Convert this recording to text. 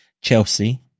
Chelsea